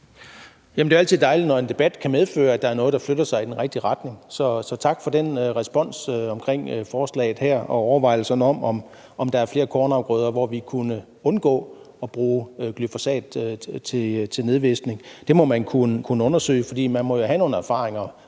Det er jo altid dejligt, når en debat kan medføre, at der er noget, der flytter sig i den rigtige retning. Så tak for den respons på forslaget her og overvejelserne om, om der er flere kornafgrøder, hvor vi kunne undgå at bruge glyfosat til nedvisning. Det må man kunne undersøge, for man må jo have nogle erfaringer